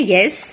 Yes